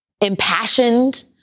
impassioned